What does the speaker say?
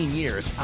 years